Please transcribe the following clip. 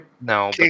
No